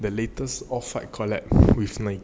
the latest all swipe collect